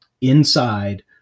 inside